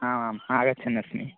आमाम् आगच्छन् अस्मि